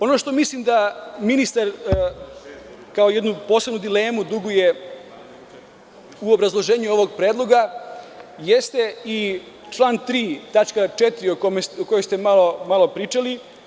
Ono što mislim da ministar kao jednu posebnu dilemu duguje u obrazloženju ovog predloga jeste i član 3. tačka 4) o kojoj ste malo pričali.